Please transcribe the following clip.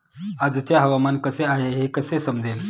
आजचे हवामान कसे आहे हे कसे समजेल?